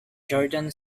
jordan